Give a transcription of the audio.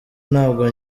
ntabwo